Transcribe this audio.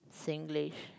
Singlish